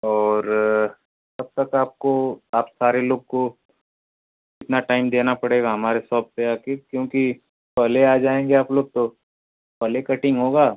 और तब तक आपको आप सारे लोग को इतना टाइम देना पड़ेगा हमारे सॉप पर आके क्योंकि पहले आ जाएँगे आप लोग तो पहेले कटिंग होगा